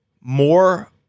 more